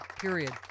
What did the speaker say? period